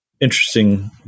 Interesting